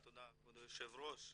כבוד היושב ראש,